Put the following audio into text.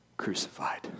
Crucified